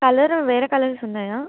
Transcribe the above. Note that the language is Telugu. కలర్ వేరే కలర్స్ ఉన్నాయా